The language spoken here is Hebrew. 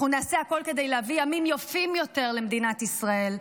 אנחנו נעשה הכול כדי להביא ימים יפים יותר למדינת ישראל.